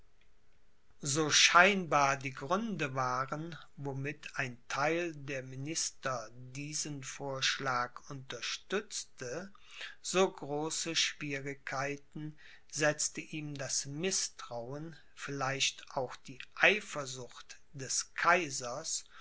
so scheinbar die gründe waren womit ein theil der minister diesen vorschlag unterstützte so große schwierigkeiten setzte ihm das mißtrauen vielleicht auch die eifersucht des kaisers